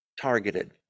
targeted